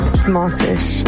smartish